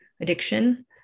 addiction